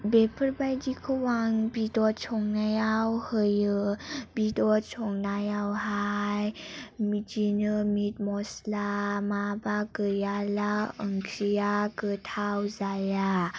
बेफोर बायदिखौ आं बेदर संनायाव होयो बेदर संनायावहाय बिदिनो मिट मस्ला माबा गैयाब्ला ओंख्रिया गोथाव जाया